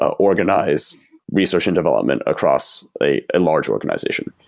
ah organize research and development across a large organization?